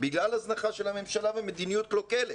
בגלל הזנחה של הממשלה ומדיניות קלוקלת.